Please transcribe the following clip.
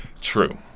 True